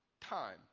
time